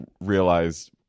realized